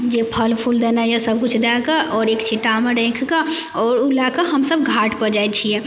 जे फल फूल देनाइ यऽ सबकिछु दए कऽ आओर एक छिट्टामे राखि कऽ आओर ओ लए कऽ हमसब घाट पर जाइ छियै